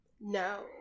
No